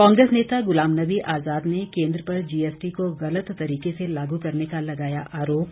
कांग्रेस नेता गुलाम नबी आजाद ने केंद्र पर जीएसटी को गलत तरीके से लागू करने का लगाया आरोप